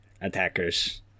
attackers